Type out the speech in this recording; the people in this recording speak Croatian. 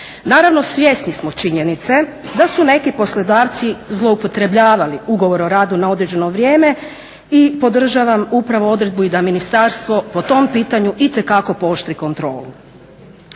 Naravno svjesni smo činjenice da su neki poslodavci zloupotrebljavali ugovor o radu na određeno vrijeme i podržavam upravo odredbu i da ministarstvo po tom pitanju itekako pooštri kontrolu.